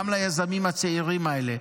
גם ליזמים הצעירים האלה.